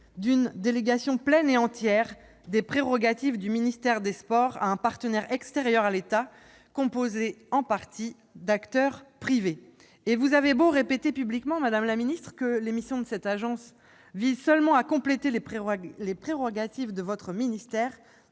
d'une délégation pleine et entière des prérogatives du ministère des sports à un partenaire extérieur à l'État, composé pour partie d'acteurs privés. Vous avez beau répéter publiquement, madame la ministre, que les missions de cette agence visent seulement à compléter les prérogatives de votre ministère,